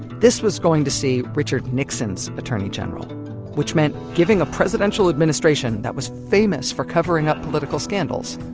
this was going to see richard nixon's attorney general which meant giving a presidential administration that was famous for covering-up political scandals,